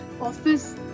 office